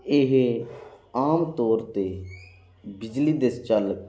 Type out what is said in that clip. ਇਹ ਆਮ ਤੌਰ 'ਤੇ ਬਿਜਲੀ ਦੇ ਸੰਚਾਲਕ